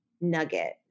nugget